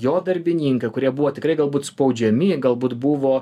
jo darbininkai kurie buvo tikrai galbūt spaudžiami galbūt buvo